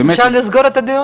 אפשר לסגור את הדיון?